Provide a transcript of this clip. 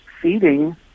feeding